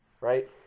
Right